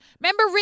remember